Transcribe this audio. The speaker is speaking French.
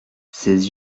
ses